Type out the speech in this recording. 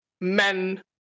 men